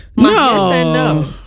No